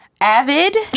avid